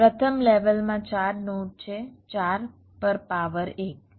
પ્રથમ લેવલમાં 4 નોડ છે 4 પર પાવર 1